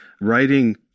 writing